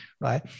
right